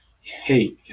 hey